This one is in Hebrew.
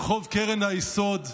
ברחוב קרן היסוד,